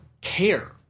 care